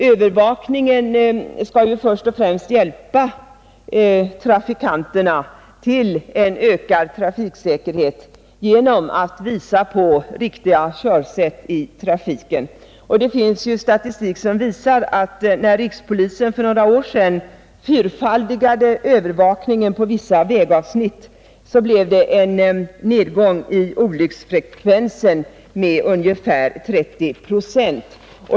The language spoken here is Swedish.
Övervakningen skall först och främst hjälpa trafikanterna till ökad trafiksäkerhet genom att visa på riktiga körsätt i trafiken. Det finns statistik som visar att när rikspolisen för några år sedan fyrfaldigade övervakningen på vissa vägavsnitt så blev det en nedgång i olycksfrekvensen med ungefär 30 procent.